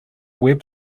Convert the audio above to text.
web